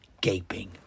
gaping